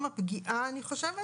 הפגיעה.